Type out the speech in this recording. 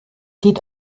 geht